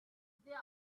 there